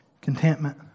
Contentment